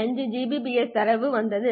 5 Gbps தரநிலை வந்தது